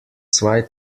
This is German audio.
zwei